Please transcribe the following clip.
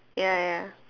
ya ya